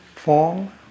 Form